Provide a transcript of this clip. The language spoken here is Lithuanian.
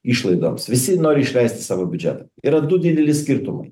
išlaidoms visi nori išleisti savo biudžetą yra du dideli skirtumai